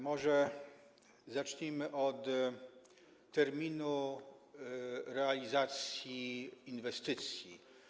Może zacznijmy od terminu realizacji inwestycji.